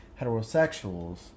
heterosexuals